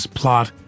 plot